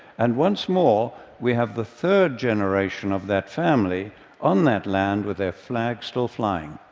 and once more, we have the third generation of that family on that land with their flag still flying.